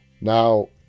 Now